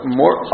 more